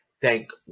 thank